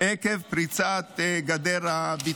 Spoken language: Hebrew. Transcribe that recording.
מלבנון לשטח ישראל עקב פריצת גדר המערכת.